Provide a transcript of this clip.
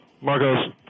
Marco's